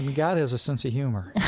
god has a sense of humor. and